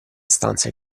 stanze